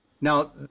now